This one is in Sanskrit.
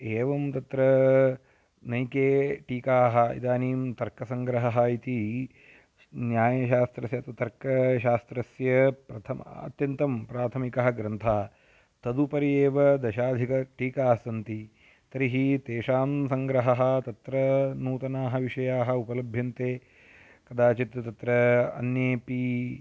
एवं तत्र अनेके टीकाः इदानीं तर्कसङ्ग्रहः इति न्यायशास्त्रस्य अथवा तर्कशास्त्रस्य प्रथमम् अत्यन्तं प्राथमिकः ग्रन्थः तदुपरि एव दशाधिकटीकास्सन्ति तर्ही तेषां सङ्ग्रहः तत्र नूतनाः विषयाः उपलभ्यन्ते कदाचित् तत्र अन्येपि